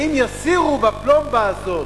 האם יסירו בפלומבה הזאת,